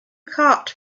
cart